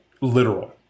literal